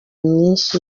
myinshi